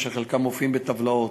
אשר חלקם מופיעים בטבלאות.